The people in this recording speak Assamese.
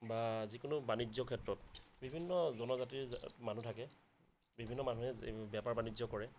বা যিকোনো বাণিজ্য ক্ষেত্ৰত বিভিন্ন জনজাতিৰ মানুহ থাকে বিভিন্ন মানুহে বেপাৰ বাণিজ্য কৰে